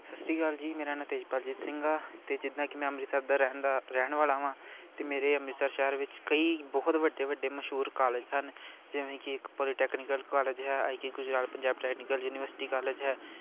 ਸਤਿ ਸ਼੍ਰੀ ਅਕਾਲ ਜੀ ਮੇਰਾ ਨਾਂ ਤੇਜਪਾਲਜੀਤ ਸਿੰਘ ਆ ਅਤੇ ਜਿੱਦਾਂ ਕਿ ਮੈਂ ਅੰਮ੍ਰਿਤਸਰ ਦਾ ਰਹਿਣ ਦਾ ਰਹਿਣ ਵਾਲਾ ਵਾਂ ਅਤੇ ਮੇਰੇ ਅੰਮ੍ਰਿਤਸਰ ਸ਼ਹਿਰ ਵਿੱਚ ਕਈ ਬਹੁਤ ਵੱਡੇ ਵੱਡੇ ਮਸ਼ਹੂਰ ਕਾਲਜ ਹਨ ਜਿਵੇਂ ਕਿ ਇੱਕ ਪੋਲੀਟੈਕਨੀਕਲ ਕਾਲਜ ਹੈ I K Gujral Punjab technical university college ਹੈ